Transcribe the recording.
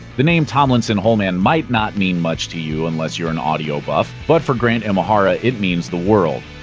the name tomlinson holman might not mean much to you unless you're an audio buff, but for grant imahara, it means the world.